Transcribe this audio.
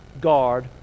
guard